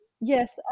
yes